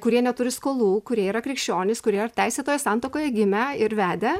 kurie neturi skolų kurie yra krikščionys kurie teisėtoje santuokoje gimę ir vedę